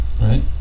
right